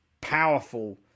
powerful